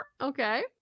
Okay